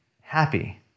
happy